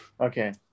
Okay